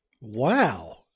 Wow